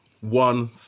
one